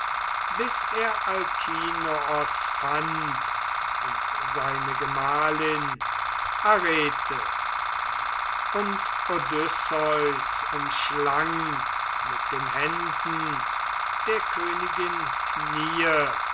bis er alkinoos fand und seine gemahlin arete und odysseus umschlang mit den händen der königin kniee